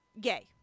gay